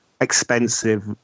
expensive